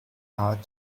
out